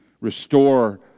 restore